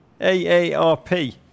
AARP